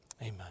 Amen